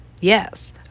Yes